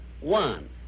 One